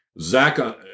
Zach